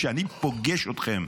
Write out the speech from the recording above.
כשאני פוגש אתכם,